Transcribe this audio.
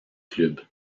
club